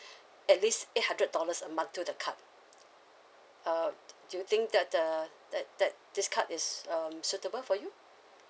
at least eight hundred dollars a month to the card uh do you think that the that that this card is um suitable for you